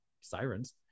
sirens